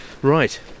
Right